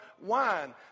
wine